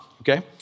okay